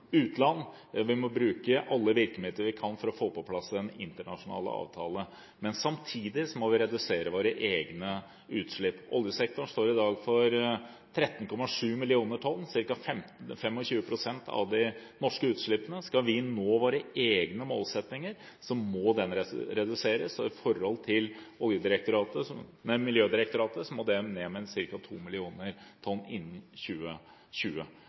utland. Vi må bruke alle virkemidler vi kan for å få på plass en internasjonal avtale. Men samtidig må vi redusere våre egne utslipp. Oljesektoren står i dag for 13,7 millioner tonn, ca. 25 pst., av de norske utslippene. Skal vi nå våre egne målsettinger, må de reduseres, og ifølge Miljødirektoratet må de ned med ca. 2 millioner tonn innen 2020.